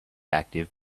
active